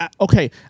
Okay